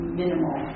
minimal